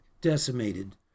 decimated